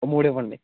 మూడు ఇవ్వండి